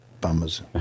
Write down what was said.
bummers